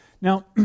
Now